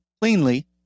cleanly